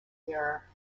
mirror